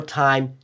time